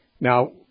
Now